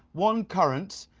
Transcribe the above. one current,